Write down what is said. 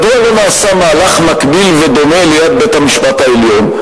מדוע לא נעשה מהלך מקביל ודומה ליד בית-המשפט העליון?